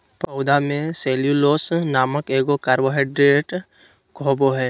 पौधा में सेल्यूलोस नामक एगो कार्बोहाइड्रेट होबो हइ